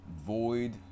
void